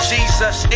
Jesus